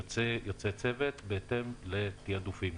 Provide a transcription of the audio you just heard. יוצא צוות בהתאם לתיעדופים.